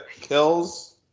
kills